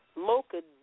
Mocha